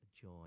joy